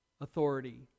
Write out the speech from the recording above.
authority